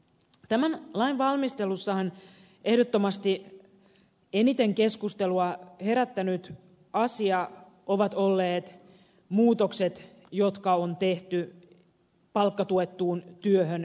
tämän lain valmistelussahan ehdottomasti eniten keskustelua herättänyt asia on ollut muutokset jotka on tehty palkkatuettuun työhön järjestöissä